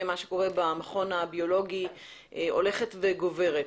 מה שקורה במכון הביולוגי הולכת וגוברת.